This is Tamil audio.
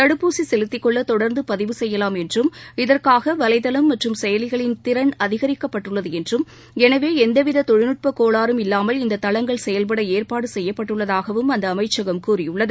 தடுப்பூசிசெலுத்திக் கொள்ளதொடர்ந்துபதிவு செய்யலாம் என்றும் இதற்காகவலைதளம் மற்றும் செயலிகளின் திறன் அதிகரிக்கப்பட்டுள்ளதுஎன்றும் எனவேஎந்தவித்தொழில்நுட்பக் கோளாறும் இல்லாமல் இந்ததளங்கள் செயல்படஏற்பாடுசெய்யப்பட்டுள்ளதாகவும் அந்தஅமைச்சகம் கூறியுள்ளது